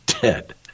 dead